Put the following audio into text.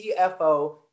CFO